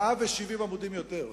170 עמודים יותר.